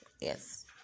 yes